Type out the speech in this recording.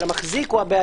אבל המחזיק או הבעלים,